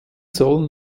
sollen